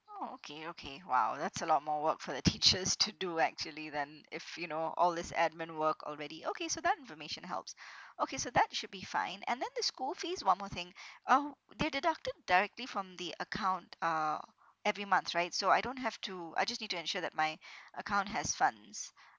oh okay okay !wow! that's a lot more work for the teachers to do actually then if you know all this admin work already okay so that information helps okay so that should be fine and then the school fees one more thing uh they're deducted directly from the account uh every month right so I don't have to I just need to ensure that my account has funds